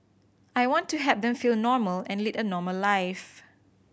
I want to help them feel normal and lead a normal life